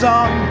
on